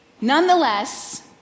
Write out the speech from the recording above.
Nonetheless